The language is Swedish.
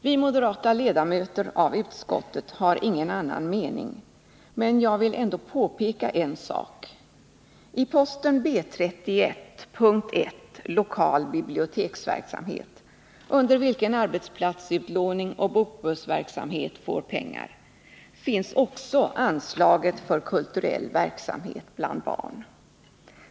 Vi moderata ledamöter av utskottet har ingen annan mening, men jag vill ändå påpeka en sak. I posten B 31 p. 1 Lokal biblioteksverksamhet, under vilken arbetsplatsutlåning och bokbussverksamhet får pengar, finns också anslaget för kulturell verksamhet bland barn.